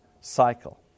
cycle